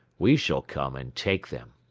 we shall come and take them.